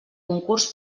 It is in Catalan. concurs